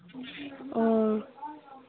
ꯑꯣ